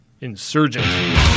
Insurgent